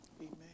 Amen